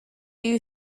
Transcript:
you